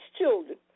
children